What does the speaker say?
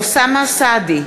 אוסאמה סעדי,